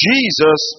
Jesus